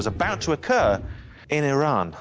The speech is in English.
was about to occur in iran